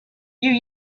you